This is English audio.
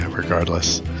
Regardless